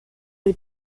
les